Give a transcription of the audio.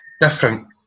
Different